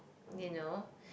you know